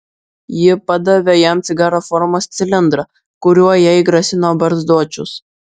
ji padavė jam cigaro formos cilindrą kuriuo jai grasino barzdočius